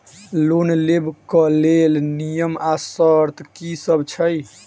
Loan लेबऽ कऽ लेल नियम आ शर्त की सब छई?